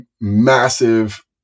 massive